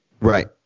right